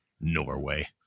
Norway